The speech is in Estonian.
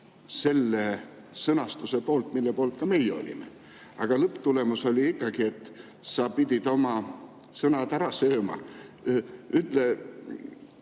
selle sõnastuse poolt, mille poolt ka meie olime. Aga lõpptulemus oli ikkagi selline, et sa pidid oma sõnu sööma. Ütle,